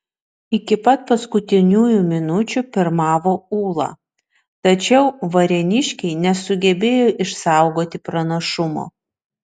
iki pat paskutiniųjų minučių pirmavo ūla tačiau varėniškiai nesugebėjo išsaugoti pranašumo